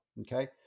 Okay